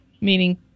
meaning